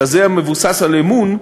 כזה המבוסס על אמון,